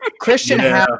Christian